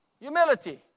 humility